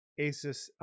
Asus